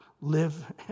live